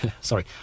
Sorry